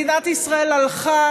מדינת ישראל הלכה